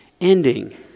ending